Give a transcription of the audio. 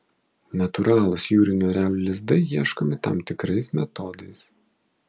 natūralūs jūrinių erelių lizdai ieškomi tam tikrais metodais